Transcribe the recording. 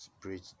bridge